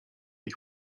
ich